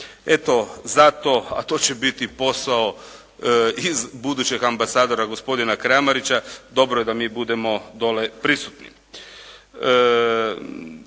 Eto zato, a to će biti posao i budućeg ambasadora gospodina Kramarića dobro je da mi budemo dole prisutni.